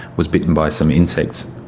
was bitten by some insects,